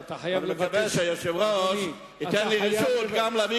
ואני מקווה שהיושב-ראש ייתן לי רשות להביא